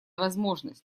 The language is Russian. возможность